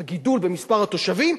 בגלל הגידול במספר התושבים,